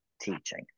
teaching